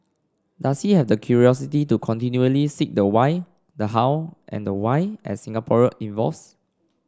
does he have the curiosity to continually seek the why the how and the why as Singapore evolves